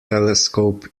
telescope